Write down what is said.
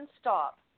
stop